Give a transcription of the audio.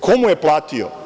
Ko mu je platio?